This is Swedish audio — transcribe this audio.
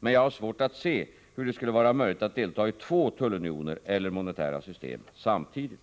Jag har emellertid svårt att se hur det skulle vara möjligt att delta i två tullunioner eller monetära system samtidigt.